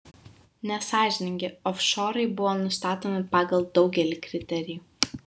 nesąžiningi ofšorai buvo nustatomi pagal daugelį kriterijų